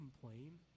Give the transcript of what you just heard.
complain